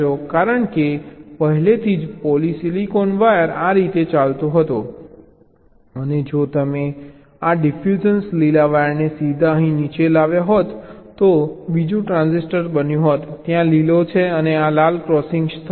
કારણ કે પહેલેથી જ પોલિસિલિકોન વાયર આ રીતે ચાલતો હતો અને જો તમે આ ડિફ્યુઝન લીલા વાયરને સીધા અહીં નીચે લાવ્યા હોત તો અહીં બીજું ટ્રાન્ઝિસ્ટર બન્યું હોત ત્યાં લીલો છે અને આ લાલ ક્રોસિંગ હશે